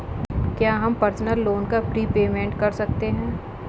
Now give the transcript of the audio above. क्या हम personal loan का प्रीपेमेंट कर सकते हैं?